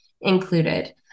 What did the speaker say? included